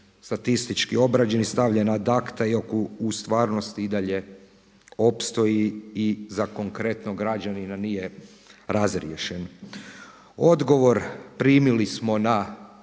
statistički obrađen i stavljen ad acta iako u stvarnosti i dalje opstoji i za konkretnog građanina nije razriješen. Odgovor primili smo na